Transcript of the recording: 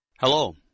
Hello